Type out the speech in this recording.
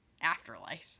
afterlife